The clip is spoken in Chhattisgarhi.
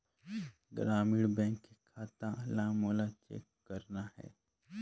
ग्रामीण बैंक के खाता ला मोला चेक करना हे?